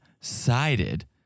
sided